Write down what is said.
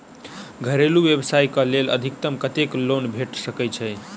घरेलू व्यवसाय कऽ लेल अधिकतम कत्तेक लोन भेट सकय छई?